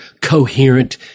coherent